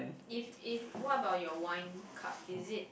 if if what about your wine cup is it